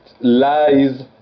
lies